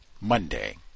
Monday